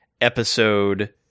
episode